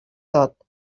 tot